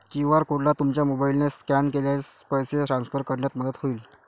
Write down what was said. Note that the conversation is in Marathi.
क्यू.आर कोडला तुमच्या मोबाईलने स्कॅन केल्यास पैसे ट्रान्सफर करण्यात मदत होईल